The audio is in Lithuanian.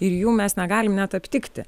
ir jų mes negalim net aptikti